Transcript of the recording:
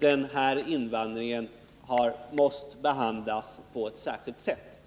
den här invandringen har måst behandlas på ett särskilt sätt.